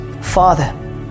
Father